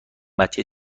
بچه